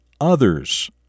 others